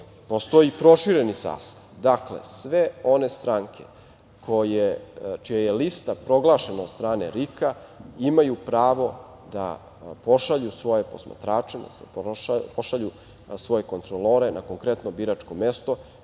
postoji prošireni sastav, dakle, sve one stranke čija je lista proglašena od strane RIK imaju pravo da pošalju svoje posmatrače, da pošalju svoje kontrolore na konkretno biračko mesto